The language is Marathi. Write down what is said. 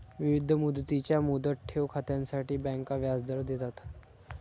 विविध मुदतींच्या मुदत ठेव खात्यांसाठी बँका व्याजदर देतात